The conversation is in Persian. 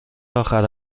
آخر